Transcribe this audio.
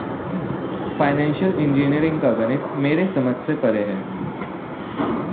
financial engineering का गणित मेरे समझ से परे है